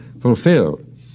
fulfilled